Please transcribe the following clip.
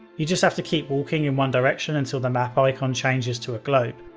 you just have to keep walking in one direction until the map icon changes to a globe.